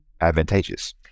advantageous